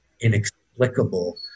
inexplicable